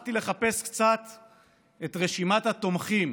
הלכתי לחפש קצת את רשימת התומכים